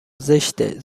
زشته